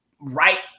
right